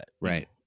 Right